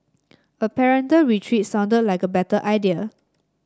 a parental retreat sounded like a better idea